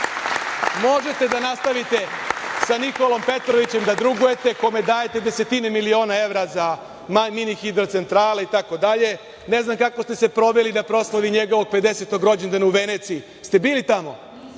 kažem. Možete da nastavite sa Nikolom Petrovićem da drugujete, a kome dajete desetine miliona evra za mini hidrocentrale itd. Ne znam kako ste se proveli na proslavi njegovog pedesetog rođendana u Veneciji. Jeste li bili tamo?